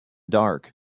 dark